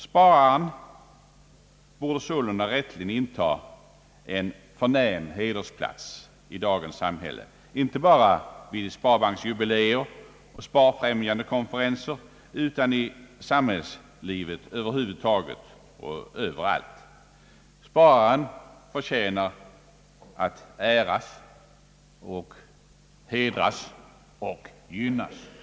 Spararen borde sålunda rätteligen inta en hedersplats i dagens samhälle, inte bara vid sparbanksjubileer och sparfrämjandekonferenser utan Ööverallt i samhällslivet över huvud taget. Spararen förtjänar att äras och hedras — och gynnas.